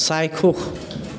চাক্ষুস